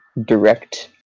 direct